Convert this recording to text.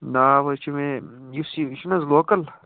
ناو حظ چھِ مےٚ یُس یہِ چھنہٕ حظ لوکَل